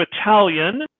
Italian